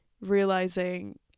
realizing